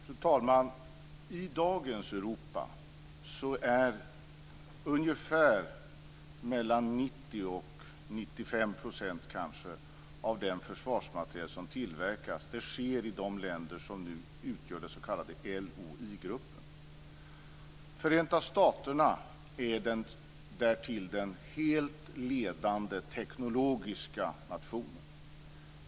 Fru talman! I dagens Europa är 90-95 % av den försvarsmateriel som tillverkas producerad i de länder som nu utgör den s.k. LOI-gruppen. Förenta staterna är därtill den helt ledande teknologiska nationen.